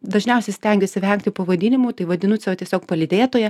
dažniausiai stengiuosi vengti pavadinimų tai vadinu save tiesiog palydėtoja